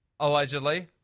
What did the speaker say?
allegedly